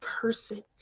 person